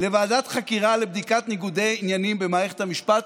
לוועדת חקירה לבדיקת ניגודי עניינים במערכת המשפט.